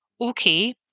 okay